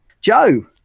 joe